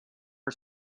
her